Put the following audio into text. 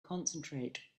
concentrate